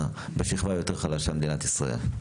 בשכבה היותר חלשה במדינת ישראל.